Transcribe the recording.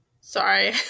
sorry